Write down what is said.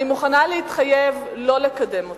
אני מוכנה להתחייב לא לקדם אותה.